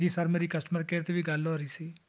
ਜੀ ਸਰ ਮੇਰੀ customer care 'ਚ ਵੀ ਗੱਲ ਹੋ ਰਹੀ ਸੀ